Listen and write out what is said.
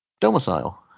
domicile